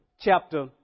chapter